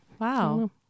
wow